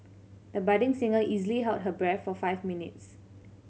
the budding singer easily held her breath for five minutes